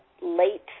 late